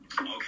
Okay